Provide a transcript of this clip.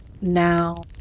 now